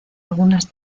algunas